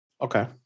Okay